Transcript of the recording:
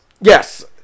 Yes